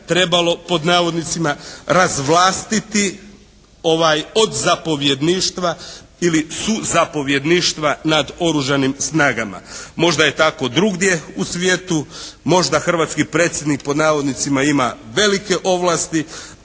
trebalo "razvlastiti" od zapovjedništva ili zapovjedništva nad oružanih snagama. Možda je tako drugdje u svijetu. Možda hrvatski Predsjednik "ima velike ovlasti",